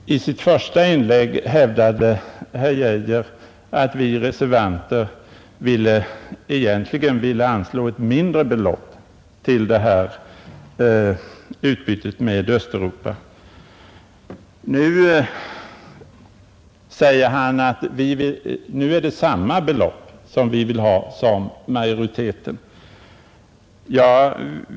Herr talman! I sitt första inlägg hävdade herr Arne Geijer i Stockholm att vi reservanter egentligen vill anslå ett mindre belopp till detta utbyte med Östeuropa, men nu säger han att vi vill ha samma belopp som majoriteten.